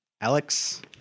Alex